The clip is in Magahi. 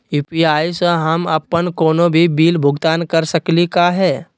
यू.पी.आई स हम अप्पन कोनो भी बिल भुगतान कर सकली का हे?